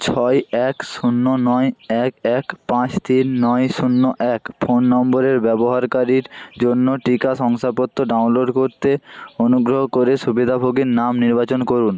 ছয় এক শূন্য নয় এক এক পাঁচ তিন নয় শূন্য এক ফোন নম্বরের ব্যবহারকারীর জন্য টিকা শংসাপত্র ডাউনলোড করতে অনুগ্রহ করে সুবিধাভোগীর নাম নির্বাচন করুন